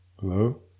Hello